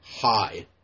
high